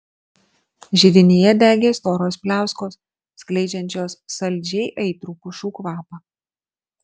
židinyje degė storos pliauskos skleidžiančios saldžiai aitrų pušų kvapą